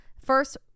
first